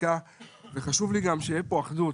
החקיקה וחשוב לי גם שתהיה פה אחדות.